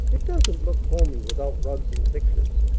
it doesn't look homey without rugs and pictures.